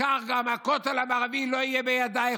כך גם הכותל המערבי לא יהיה בידייך,